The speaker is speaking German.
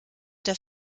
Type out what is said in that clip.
der